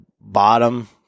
bottom